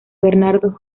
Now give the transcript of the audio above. bernardo